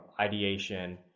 ideation